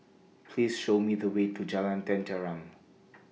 Please Show Me The Way to Jalan Tenteram